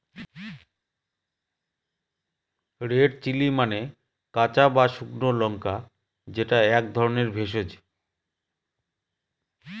red chilli মানে কাঁচা বা শুকনো লঙ্কা যেটা এক ধরনের ভেষজ